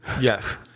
Yes